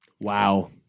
Wow